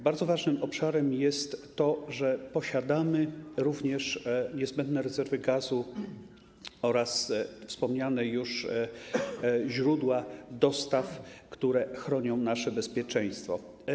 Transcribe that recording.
Bardzo ważnym obszarem jest to, że posiadamy również niezbędne rezerwy gazu oraz wspomniane już źródła dostaw, które chronią nasze bezpieczeństwo.